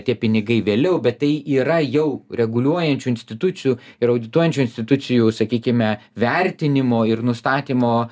tie pinigai vėliau bet tai yra jau reguliuojančių institucijų ir audituojančių institucijų sakykime vertinimo ir nustatymo